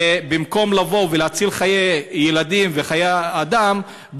ובמקום לבוא ולהציל חיי ילדים וחיי אדם,